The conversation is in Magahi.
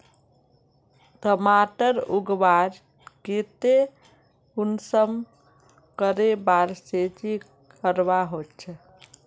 टमाटर उगवार केते कुंसम करे बार सिंचाई करवा होचए?